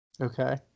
Okay